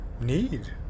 need